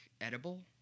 edible